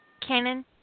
Canon